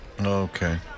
Okay